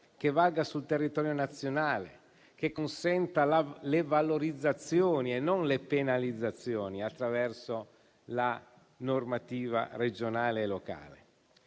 che valga sul territorio nazionale, che consenta le valorizzazioni e non le penalizzazioni attraverso la normativa regionale e locale.